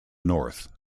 north